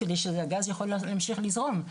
על מנת שהגז יוכל להמשיך לזרום.